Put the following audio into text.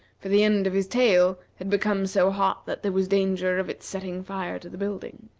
for the end of his tail had become so hot that there was danger of its setting fire to the building.